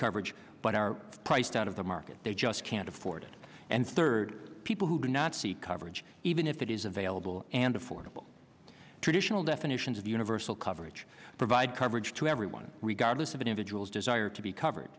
coverage but are priced out of the market they just can't afford it and third people who do not seek coverage even if it is available and affordable traditional definitions of universal coverage provide coverage to everyone regardless of an individual's desire to be covered